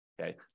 okay